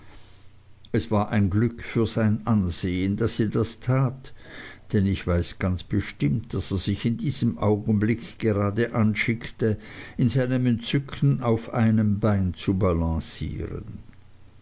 es war ein glück für sein ansehen daß sie das tat denn ich weiß ganz bestimmt daß er sich in diesem augenblick gerade anschickte in seinem entzücken auf einem bein zu balancieren